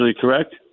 correct